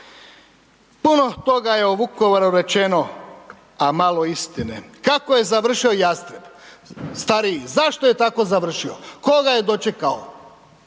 Puno toga je o Vukovaru rečeno, a malo istine. Kako je završio Jastreb stariji? Zašto je tako završio? Ko ga je dočekao?